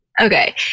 Okay